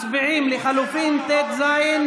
מצביעים על לחלופין ט"ז.